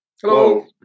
Hello